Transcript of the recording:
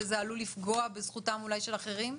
וזה עלול לפגוע בזכותם של אחרים.